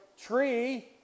tree